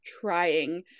trying